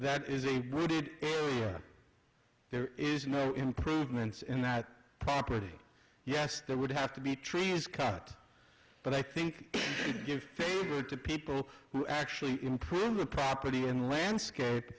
that is a wooded area there is no improvements in that property yes there would have to be trees cut but i think give it to people who actually improve the property and landscape